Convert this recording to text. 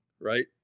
right